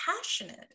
passionate